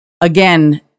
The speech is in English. Again